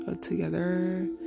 together